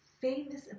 Famous